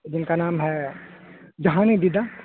جن کا نام ہے جہان بدعت